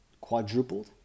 quadrupled